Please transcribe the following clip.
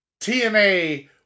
TNA